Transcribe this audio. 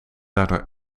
daardoor